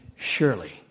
Surely